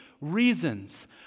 reasons